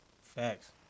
Facts